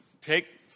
take